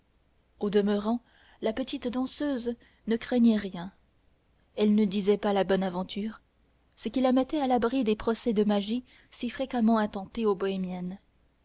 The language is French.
au demeurant la petite danseuse ne craignait rien elle ne disait pas la bonne aventure ce qui la mettait à l'abri de ces procès de magie si fréquemment intentés aux bohémiennes